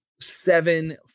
seven